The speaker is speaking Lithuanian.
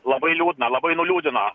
labai liūdna labai nuliūdino